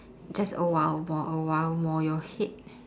just a while more a while more your head